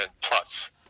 plus